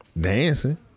Dancing